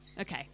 Okay